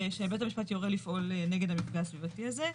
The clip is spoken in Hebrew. בעצם שבית השפט יורה לפעול נגד המפגע הסביבתי הזה,